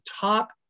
top